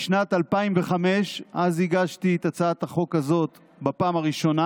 משנת 2005. אז הגשתי את הצעת החוק הזאת בפעם הראשונה,